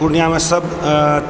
पूर्णिया मे सब